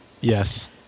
Yes